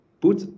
put